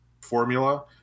formula